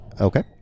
Okay